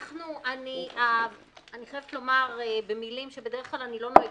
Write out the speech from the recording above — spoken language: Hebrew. לא, אנחנו מחממים מנועים.